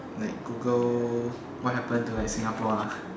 like Google what happen to like Singapore ah